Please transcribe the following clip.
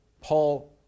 Paul